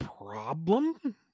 problem